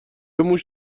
موش